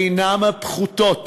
אינן פחותות